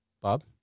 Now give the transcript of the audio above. Bob